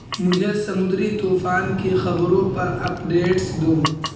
مجھے سمندری طوفان کی خبروں پر اپ ڈیٹس دو